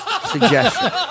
...suggestion